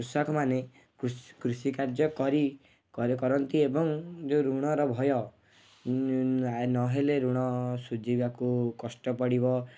କୃଷକ ମାନେ କୃଷ କୃଷି କାର୍ଯ୍ୟ କରି କରନ୍ତି ଏବଂ ଯେଉଁ ଋଣର ଭୟ ନହେଲେ ଋଣ ସୁଝିବାକୁ କଷ୍ଟ ପଡ଼ିବ